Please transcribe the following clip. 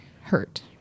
hurt